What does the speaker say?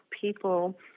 people